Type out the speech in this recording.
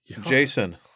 Jason